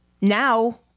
now